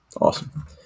Awesome